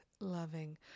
Loving